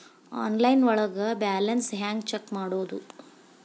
Online ಒಳಗೆ balance ಹ್ಯಾಂಗ check ಮಾಡೋದು?